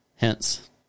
Hence